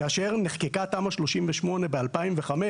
כאשר נחקקה תמ"א 38 ב-2005,